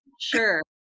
Sure